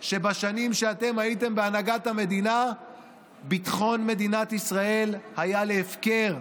שבשנים שאתם הייתם בהנהגת המדינה ביטחון מדינת ישראל היה להפקר,